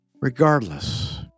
Regardless